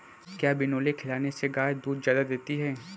क्या बिनोले खिलाने से गाय दूध ज्यादा देती है?